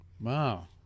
Wow